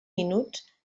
minuts